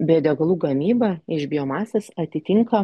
biodegalų gamyba iš biomasės atitinka